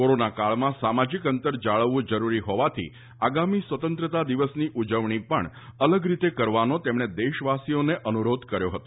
કોરોનાકાળમાં સામાજિક અંતર જાળવવુ જરૂરી હોવાથી આગામી સ્વતંત્રતા દિવસની ઉજવણી પણ અલગ રીતે કરવાનો તેમણે દેશવાસીઓને અનુરોધ કર્યો હતો